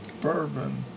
bourbon